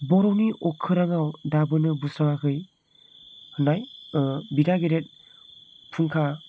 बर'नि अखोराङाव दाबोनो बुस्राङाखै होननाय बिदा गेदेर फुंखा